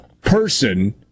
person